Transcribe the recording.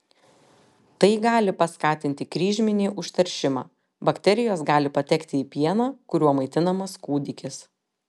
tai gali paskatinti kryžminį užteršimą bakterijos gali patekti į pieną kuriuo maitinamas kūdikis